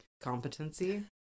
competency